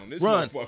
Run